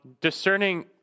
discerning